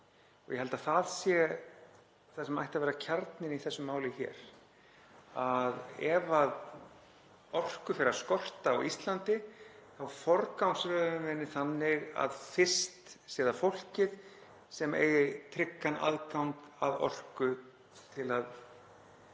og ég held að það sé það sem ætti að vera kjarninn í þessu máli hér að ef orku fer að skorta á Íslandi þá forgangsröðum við þannig að fyrst sé það fólkið sem eigi tryggan aðgang að orku bara